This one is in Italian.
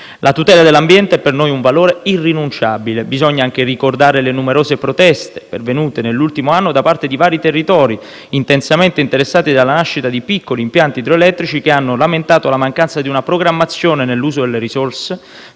La tutela dell'ambiente è per noi un valore irrinunciabile. Bisogna anche ricordare le numerose proteste pervenute nell'ultimo anno da parte di vari territori intensamente interessati dalla nascita di piccoli impianti idroelettrici, che hanno lamentato la mancanza di una programmazione nell'uso delle risorse,